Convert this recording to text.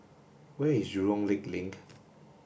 where is Jurong Lake Link